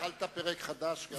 התחלת פרק חדש כאן.